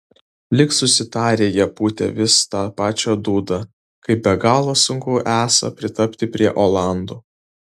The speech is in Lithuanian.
lyg susitarę jie pūtė vis tą pačią dūdą kaip be galo sunku esą pritapti prie olandų